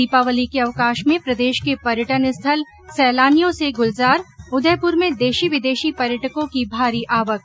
दीपावली के अवकाश में प्रदेश के पर्यटन स्थल सैलानियों से गुलजार उदयपुर में देशी विदेशी पर्यटकों की भारी आवक